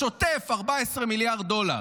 לשוטף, 14 מיליארד דולר.